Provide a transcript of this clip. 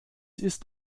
ist